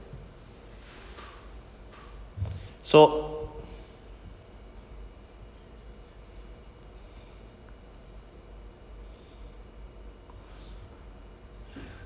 so